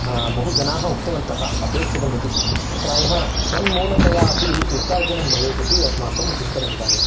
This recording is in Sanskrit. बहु जनाः उक्तवन्तः अपेक्षितम् इति प्रायः तन्मूलतया अपि वित्तार्जनं भवेत इति अस्माकं चिन्तनं इदानिं